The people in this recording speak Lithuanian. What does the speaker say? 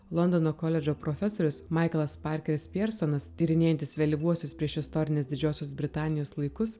londono koledžo profesorius maiklas parkeris piersonas tyrinėjantis vėlyvuosius priešistorinės didžiosios britanijos laikus